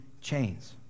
chains